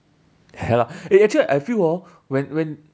ya lah eh actually I feel hor when when